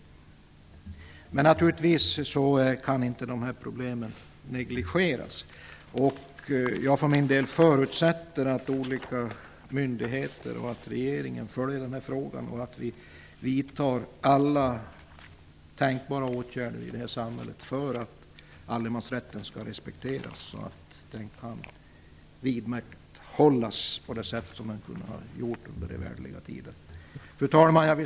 Problemen kan naturligtvis inte negligeras. Jag för min del förutsätter att olika myndigheter och regeringen följer denna fråga och vidtar alla tänkbara åtgärder för att allemansrätten skall respekteras och vidmakthållas på det sätt som man har gjort under evärdliga tider. Fru talman!